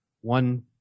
one